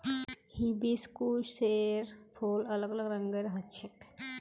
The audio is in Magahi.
हिबिस्कुसेर फूल अलग अलग रंगेर ह छेक